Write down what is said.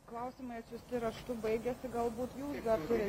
klausimai atsiųsti raštu baigėsi galbūt jūs dar turit